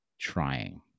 trying